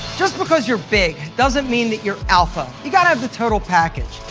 just because you're big, doesn't mean that you're alpha. you gotta have the total package.